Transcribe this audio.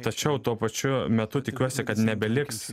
tačiau tuo pačiu metu tikiuosi kad nebeliks